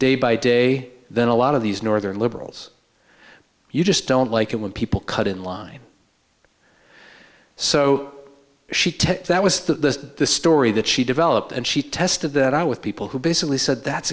day by day than a lot of these northern liberals you just don't like it when people cut in line so that was the story that she developed and she tested that i with people who basically said that's